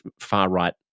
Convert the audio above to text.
far-right